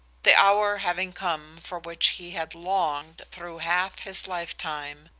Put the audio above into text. the hour having come for which he had longed through half his lifetime,